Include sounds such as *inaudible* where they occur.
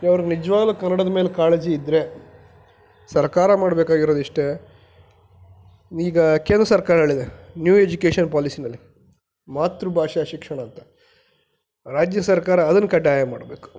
*unintelligible* ಅವ್ರಿಗೆ ನಿಜವಾಗ್ಲು ಕನ್ನಡದ ಮೇಲೆ ಕಾಳಜಿ ಇದ್ದರೆ ಸರ್ಕಾರ ಮಾಡ್ಬೇಕಾಗಿರೋದು ಇಷ್ಟೇ ಈಗ ಕೇಂದ್ರ ಸರ್ಕಾರಗಳಿದೆ ನ್ಯೂ ಎಜ್ಯುಕೇಷನ್ ಪಾಲಿಸಿನಲ್ಲಿ ಮಾತೃಭಾಷಾ ಶಿಕ್ಷಣ ಅಂತ ರಾಜ್ಯ ಸರ್ಕಾರ ಅದನ್ನು ಕಡ್ಡಾಯ ಮಾಡಬೇಕು